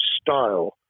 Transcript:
style